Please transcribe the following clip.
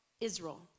Israel